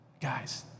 Guys